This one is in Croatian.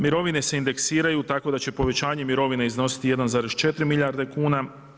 Mirovine se indeksiraju, tako da će povećanje mirovina iznositi 1,4 milijarde kuna.